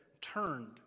turned